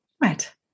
Right